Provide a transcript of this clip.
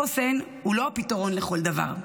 חוסן הוא לא הפתרון לכל דבר,